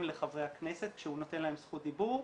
לחברי הכנסת כשהוא נותן להם זכות דיבור,